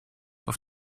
auf